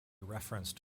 referenced